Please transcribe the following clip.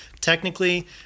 technically